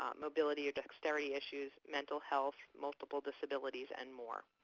um mobility, dexterity issues, mental health, multiple disabilities and more.